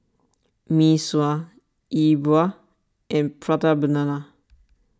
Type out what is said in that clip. Mee Sua E Bua and Prata Banana